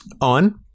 on